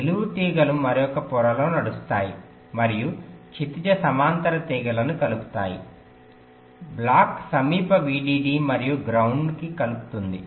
నిలువు తీగలు మరొక పొరలో నడుస్తాయి మరియు క్షితిజ సమాంతర తీగలను కలుపుతాయి బ్లాక్ సమీప VDD మరియు గ్రౌండ్కి కలుపుతుంది